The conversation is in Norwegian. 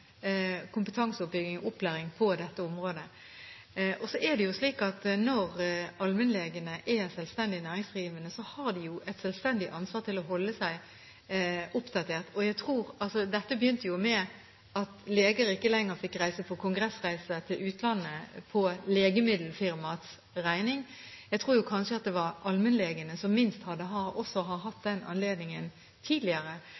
kompetanseoppbygging og opplæring på dette området. Det er jo slik at når allmennlegene er selvstendig næringsdrivende, så har de et selvstendig ansvar for å holde seg oppdatert. Dette begynte med at leger ikke lenger fikk reise på kongressreiser til utlandet på legemiddelfirmaets regning. Jeg tror jo kanskje at det var allmennlegene som minst også har hatt den anledningen tidligere.